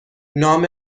نام